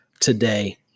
Today